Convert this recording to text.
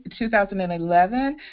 2011